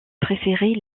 préférer